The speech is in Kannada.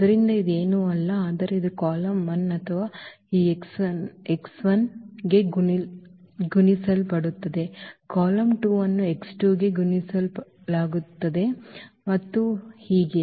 ಆದ್ದರಿಂದ ಇದು ಏನೂ ಅಲ್ಲ ಆದರೆ ಇದು ಕಾಲಮ್ 1 ಅಥವಾ ಈ ಗೆ ಗುಣಿಸಲ್ಪಡುತ್ತದೆ ಕಾಲಮ್ 2 ಅನ್ನು ಗೆ ಗುಣಿಸಲಾಗುತ್ತದೆ ಮತ್ತು ಹೀಗೆ